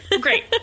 Great